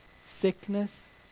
sickness